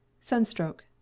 SUNSTROKE